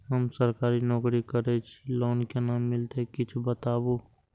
हम सरकारी नौकरी करै छी लोन केना मिलते कीछ बताबु?